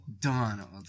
Donald